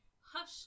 Hush